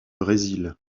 brésil